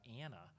Anna